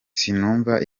sinumva